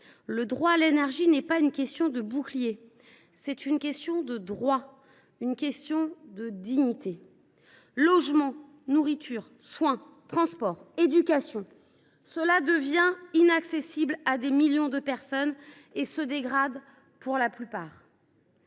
Le droit à l’énergie n’est pas une question de bouclier ; c’est une question de droit et de dignité. Logement, nourriture, soins, transports, éducation deviennent inaccessibles à des millions de personnes ; ces services, pour la plupart,